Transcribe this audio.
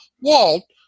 Walt